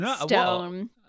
stone